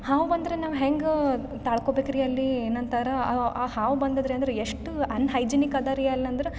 ಹಾವು ಬಂದರೆ ನಾವು ಹೆಂಗೆ ತಾಳ್ಕೊಳ್ಬೇಕು ರೀ ಅಲ್ಲಿ ನಂತರ ಆ ಹಾವು ಬಂದದ್ರಿ ಅಂದ್ರೆ ಎಷ್ಟು ಅನ್ ಹೈಜಿನಿಕ್ ಅದ ರೀ ಅಲ್ಲಿ ಅಂದ್ರೆ